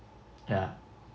yeah